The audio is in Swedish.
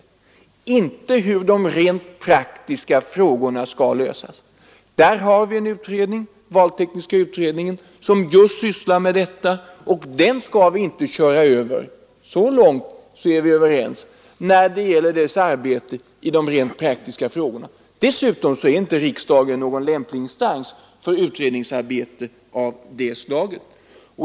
Det gäller inte hur de rent praktiska frågorna skall lösas. Där finns en utredning, valtekniska utredningen, som just sysslar med detta, och den skall vi inte köra över — så långt är vi överens. Dessutom är inte riksdagen någon lämplig instans för utredningsarbete av det slaget.